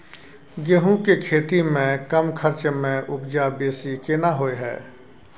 गेहूं के खेती में कम खर्च में उपजा बेसी केना होय है?